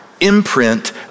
imprint